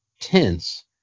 tense